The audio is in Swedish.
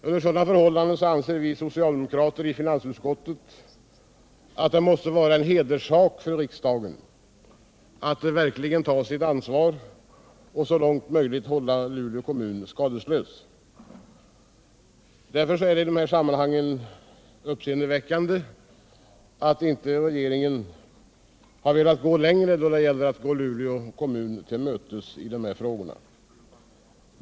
Under sådana förhållanden anser vi socialdemokrater i finansutskottet att det måste vara en hederssak för riksdagen att verkligen ta sitt ansvar och så långt möjligt hålla Luleå kommun skadeslös. Det är i det här sammanhanget uppseendeväckande att inte regeringen i större utsträckning vill gå Luleå kommun till mötes i denna fråga.